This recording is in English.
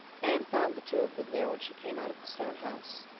anne found the two of them there when she came out of the stone house,